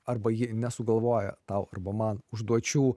arba ji nesugalvoja tau arba man užduočių